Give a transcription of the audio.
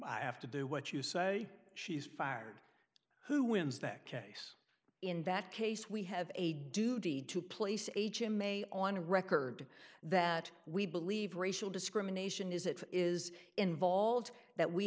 i have to do what you say she's fired who wins that case in that case we have a duty to place him a on record that we believe racial discrimination is it is involved that we